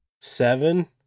Seven